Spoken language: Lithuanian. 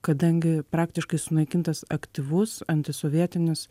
kadangi praktiškai sunaikintas aktyvus antisovietinis